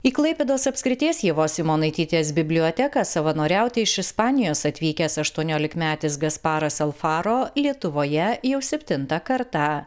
į klaipėdos apskrities ievos simonaitytės biblioteką savanoriauti iš ispanijos atvykęs aštuoniolikmetis gasparas alfaro lietuvoje jau septintą kartą